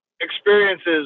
experiences